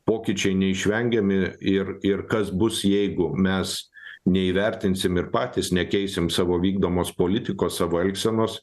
pokyčiai neišvengiami ir ir kas bus jeigu mes neįvertinsim ir patys nekeisim savo vykdomos politikos savo elgsenos